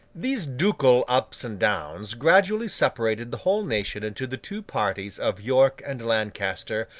these ducal ups and downs gradually separated the whole nation into the two parties of york and lancaster,